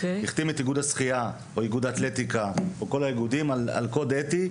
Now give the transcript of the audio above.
הוא החתים את כל האיגודים על קוד אתי,